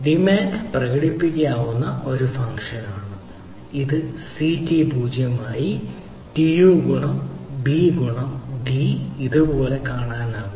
demand പ്രകടിപ്പിക്കാവുന്ന ഒരു ഫംഗ്ഷനാണ് അത് സി ടി 0 ആയി ടി യു ഗുണം ബി ഗുണം ഡി ഇതുപോലെ കാണാനാകും